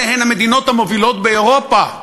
אלה הן המדינות המובילות באירופה.